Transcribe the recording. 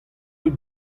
eus